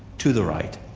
to the right,